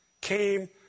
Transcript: came